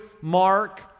Mark